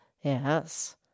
Yes